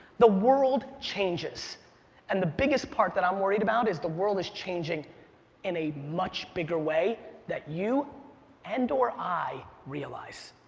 the world changes and the biggest part that i'm worried about is the world changing in a much bigger way that you and, or i realize.